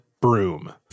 broom